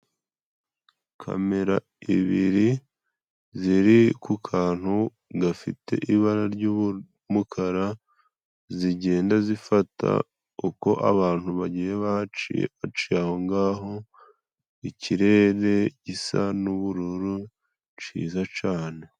Kamera ibiri ziri ku kantu gafite ibara ry'ubururu n'umukara, zigenda zifata uko abantu bagiye baci baciye aho ngaho, ikirere gisa n'ubururu ciza cane.